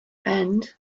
and